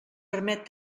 permet